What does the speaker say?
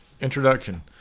Introduction